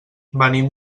venim